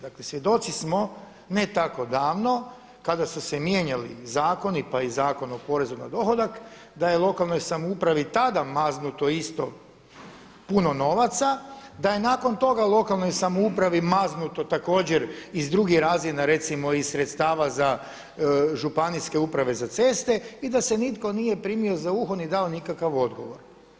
Dakle, svjedoci smo ne tako davno kada su se mijenjali zakoni, pa i Zakon o porezu na dohodak da je lokalnoj samoupravi tada maznuto isto puno novaca, da je nakon toga lokalnoj samoupravi maznuto također iz drugih razina, recimo iz sredstava za županijske uprave za ceste i da se nitko nije primio za uho ni dao nikakav odgovor.